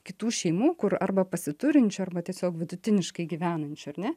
kitų šeimų kur arba pasiturinčių arba tiesiog vidutiniškai gyvenančių ar ne